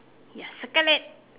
ya circle red